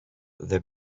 they